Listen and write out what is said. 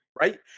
right